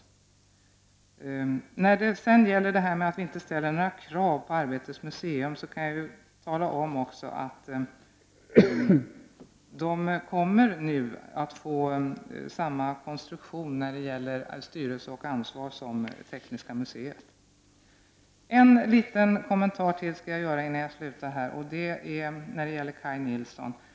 Beträffande det som har sagts om att det inte ställs några krav på Arbetets museum kan jag tala om att Arbetets museum kommer att få samma konstruktion i fråga om styrelse och ansvar som Tekniska museet. Jag vill göra ytterligare en kommentar, och den gäller Kaj Nilssons anförande.